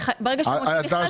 ברגע שאתה מוציא מכרז, אתה מחייב.